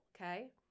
okay